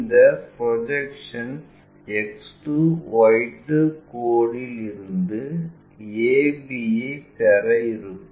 இந்த projections X2 Y2 கோடு இல் இருந்து ab ஐ பெற இருக்கும்